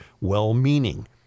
well-meaning